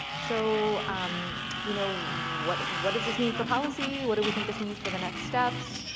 so um you know what what does this mean for policy? what do we think this means for the next steps?